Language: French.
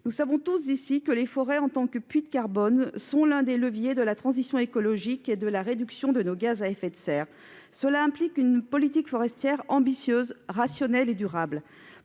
Nous savons tous ici que les forêts, en tant que puits de carbone, sont l'un des leviers de la transition écologique et de la réduction de nos émissions de gaz à effet de serre, qui implique une politique forestière ambitieuse, rationnelle et durable.